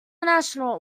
astronaut